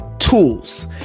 Tools